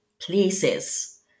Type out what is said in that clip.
places